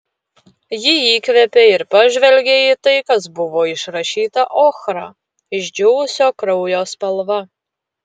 ji įkvėpė ir pažvelgė į tai kas buvo išrašyta ochra išdžiūvusio kraujo spalva